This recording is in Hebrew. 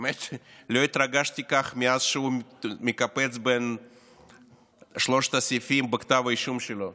באמת לא התרגשתי כך מאז שהוא מקפץ בין שלושת הסעיפים בכתב האישום שלו,